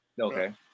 Okay